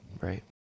right